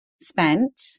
spent